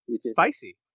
Spicy